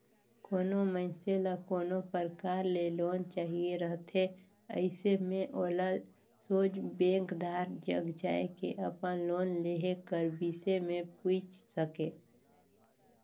कोनो मइनसे ल कोनो परकार ले लोन चाहिए रहथे अइसे में ओला सोझ बेंकदार जग जाए के अपन लोन लेहे कर बिसे में पूइछ सके